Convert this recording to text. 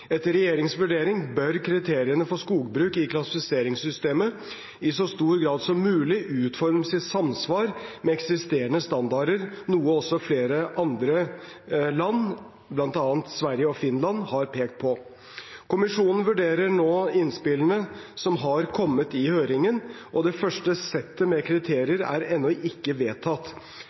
Etter regjeringens vurdering bør kriteriene for skogbruk i klassifiseringssystemet i så stor grad som mulig utformes i samsvar med eksisterende standarder, noe også flere andre land, bl.a. Sverige og Finland, har pekt på. Kommisjonen vurderer nå innspillene som har kommet i høringen, og det første settet med kriterier er ennå ikke vedtatt.